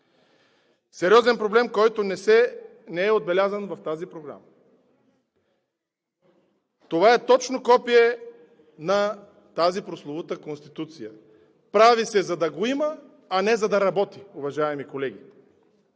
Сериозен проблем, който не е отбелязан в тази програма. Това е точно копие на тази прословута конституция. Прави се, за да го има, а не за да работи, уважаеми колеги!